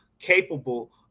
Capable